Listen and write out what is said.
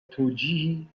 توجیهی